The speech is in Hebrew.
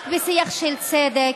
רק בשיח של צדק,